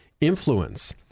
influence